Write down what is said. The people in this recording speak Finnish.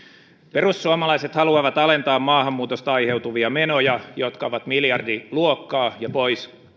perussuomalaiset haluavat alentaa maahanmuutosta aiheutuvia menoja jotka ovat miljardiluokkaa ja pois